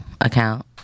account